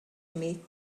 imi